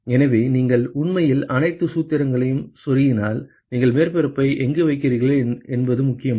எனவே நீங்கள் உண்மையில் அனைத்து சூத்திரங்களையும் செருகினால் நீங்கள் மேற்பரப்பை எங்கு வைக்கிறீர்கள் என்பது முக்கியமல்ல